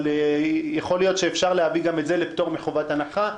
אבל יכול להיות שאפשר להביא גם את זה לפטור מחובת הנחה.